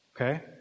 Okay